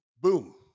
Boom